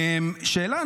קודם כול,